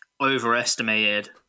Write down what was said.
overestimated